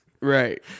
Right